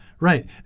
Right